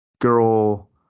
girl